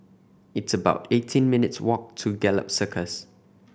it's about eighteen minutes' walk to Gallop Circus